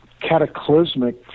cataclysmic